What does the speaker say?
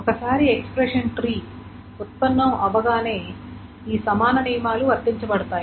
ఒకసారి expression tree ఉత్పన్నం అవగానే ఈ సమాన నియమాలు వర్తించబడతాయి